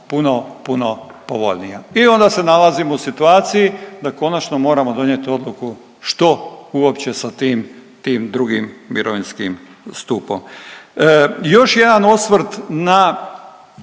i onda se nalazimo u situaciji da konačno moramo donijeti odluku što uopće sa tim, tim II. mirovinskim stupom. Još jedan osvrt na